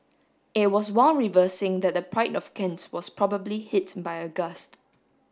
it was while reversing that the Pride of Kent was probably hit by a gust